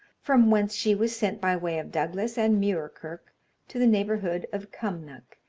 from whence she was sent by way of douglas and muirkirk to the neighbourhood of cumnock,